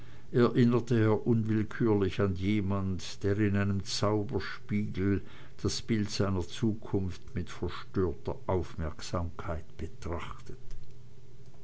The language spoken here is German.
erinnerte er unwillkürlich an jemand der in einem zauberspiegel das bild seiner zukunft mit verstörter aufmerksamkeit betrachtet